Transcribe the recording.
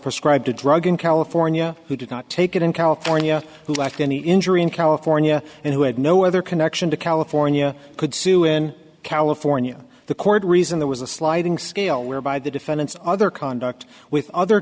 prescribed a drug in california who did not take it in california who lacked any injury in california and who had no other connection to california could sue in california the court reason there was a sliding scale whereby the defendants other conduct with other